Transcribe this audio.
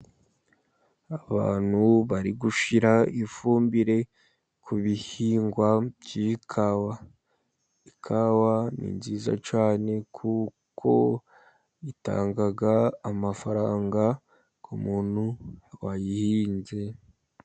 Abantu bari gushyira ifumbire ku bihingwa by'ikawa. Ikawa ni nziza cyane kuko itanga amafaranga ku muntu wayihinze.